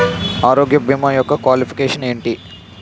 ఆరోగ్య భీమా యెక్క క్వాలిఫికేషన్ ఎంటి?